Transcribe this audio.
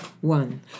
one